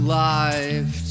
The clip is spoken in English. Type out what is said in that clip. life